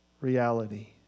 reality